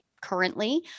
currently